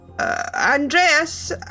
Andreas